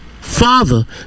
father